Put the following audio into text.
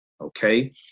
Okay